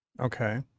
okay